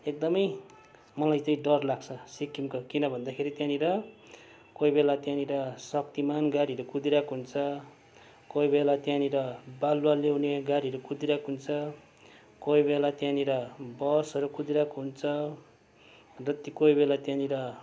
एकदमै मलाई त्यही डर लाग्छ सिक्किमको किन भन्दाखेरि त्यहाँनिर कोही बेला त्यहाँनिर शक्तिमान गाडीहरू कुदिरहेको हुन्छ कोही बेला त्यहाँनिर बालुवा ल्याउने गाडीहरू कुदिरहेको हुन्छ कोही बेला त्यहाँनिर बसहरू कुदिरहेको हुन्छ अन्त त्यो कोही बेला त्यहाँनिर